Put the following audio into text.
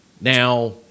Now